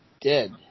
dead